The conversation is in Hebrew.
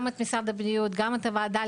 גם מהמשרד וגם מהוועדה,